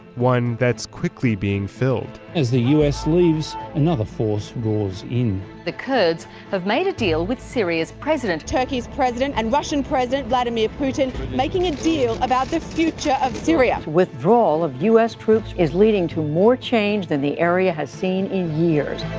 one that's quickly being filled. as the us leaves, another force roars in. the kurds have made a deal with syria's president. turkey's president and russian president vladimir putin making a deal about the future of syria. withdrawal of us troops is leading to more change than the area has seen in years.